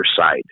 side